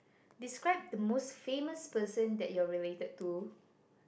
describe the most famous person that you are related to